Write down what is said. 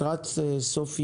לקראת סוף יולי,